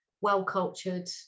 well-cultured